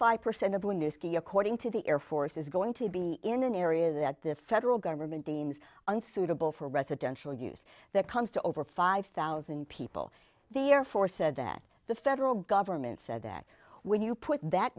five percent of when you ski according to the air force is going to be in an area that the federal government deems unsuitable for residential use that comes to over five thousand people the air force said that the federal government said that when you put that